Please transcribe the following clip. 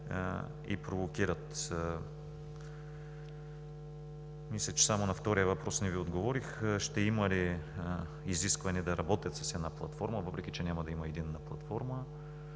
и провокират. Мисля, че само на втория въпрос не Ви отговорих – ще има ли изискване да работят с една платформа, въпреки че няма да има единна платформа?